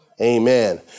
Amen